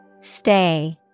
stay